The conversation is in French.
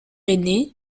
aîné